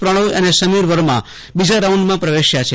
પ્રણય અને સમીર વર્મા બીજા રાઉન્ડમાં પ્રવેશ્યા છે